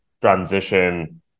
transition